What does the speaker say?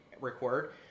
record